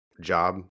job